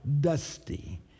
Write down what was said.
dusty